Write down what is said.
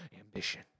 Ambition